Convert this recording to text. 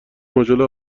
ماژول